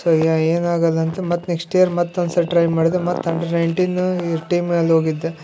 so ಈಗ ಏನಾಗಲ್ಲ ಅಂತ ಮತ್ತೆ ನೆಕ್ಸ್ಟ್ ಇಯರ್ ಮತ್ತೊಂದ್ಸಲ ಟ್ರೈ ಮಾಡಿದೆ ಮತ್ತೆ ಅಂಡರ್ ನೈನ್ಟೀನ್ ಟೀಮಲ್ಲಿ ಹೋಗಿದ್ದೆ